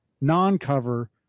non-cover